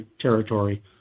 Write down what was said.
territory